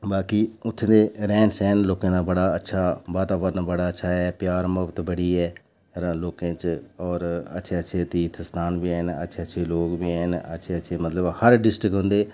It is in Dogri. बाकी उत्थै दे रैह्न सैह्न लोकें दा बड़ा अच्छा वातावरण बड़ा अच्छा ऐ प्यार मुहब्बत बड़ी ऐ लोकें च और अच्छे अच्छे तीर्थ स्थान बी हैन अच्छे अच्छे लोक बी हैन अच्छे अच्छे मतलब हर डिस्ट्रिक उं'दे